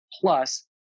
plus